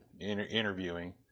interviewing